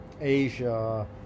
Asia